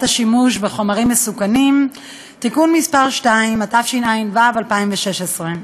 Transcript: השימוש בחומרים מסכנים (תיקון מס' 2) התשע"ו 2016,